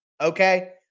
okay